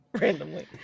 randomly